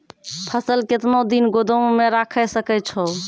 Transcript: फसल केतना दिन गोदाम मे राखै सकै छौ?